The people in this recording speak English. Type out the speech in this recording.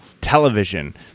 television